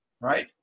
right